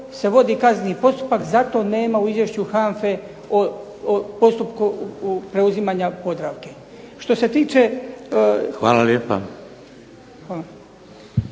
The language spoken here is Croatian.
Hvala